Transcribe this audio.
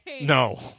No